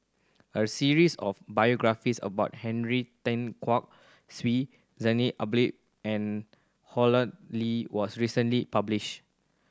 a series of biographies about Henry Tan Sweet Zainal Abidin and Hossan Lee was recently published